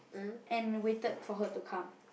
and waited for her to come